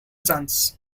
chance